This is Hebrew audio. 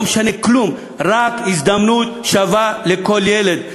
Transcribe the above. לא משנה כלום, רק הזדמנות שווה לכל ילד.